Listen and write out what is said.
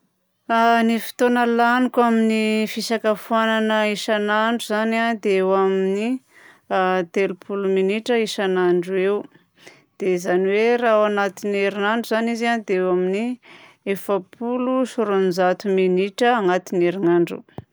Ny fotoagna laniko amin'ny fisakafoanagna isan'andro zany a dia eo amin'ny telopolo minitra isan'andro eo. Dia zany hoe raha ao agnatin'ny herinandro zany izy a dia eo amin'ny efapolo sy roanjato minitra agnatin'ny herinandro.